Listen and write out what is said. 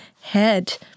head